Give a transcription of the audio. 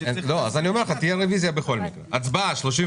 התייעצות סיעתית.